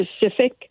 specific